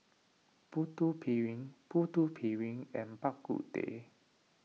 Putu Piring Putu Piring and Bak Kut Teh